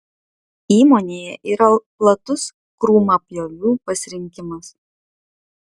įmonėje yra platus krūmapjovių pasirinkimas